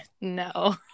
No